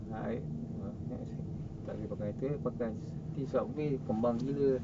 ah I kata makan Subway kembang gila